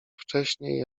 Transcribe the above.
wcześniej